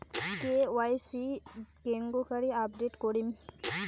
KYC কেঙ্গকরি update করিম?